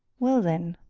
well, then,